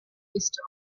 east